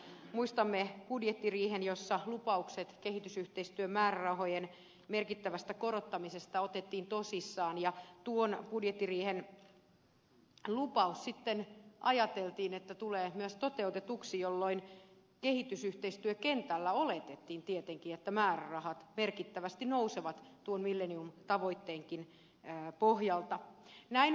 muistamme budjettiriihen jossa lupaukset kehitysyhteistyömäärärahojen merkittävästä korottamisesta otettiin tosissaan ja ajateltiin että tuon budjettiriihen lupaus sitten tulee myös toteutetuksi jolloin kehitysyhteistyökentällä oletettiin tietenkin että määrärahat merkittävästi nousevat tuon millennium tavoitteenkin pohjalta